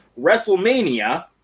WrestleMania